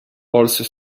polsce